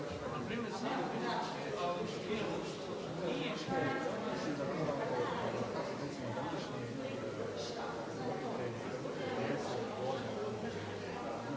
hvala vam.